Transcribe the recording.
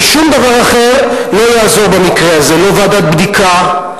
ושום דבר אחר לא יעזור במקרה הזה: לא ועדת בדיקה,